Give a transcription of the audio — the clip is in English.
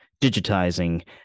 digitizing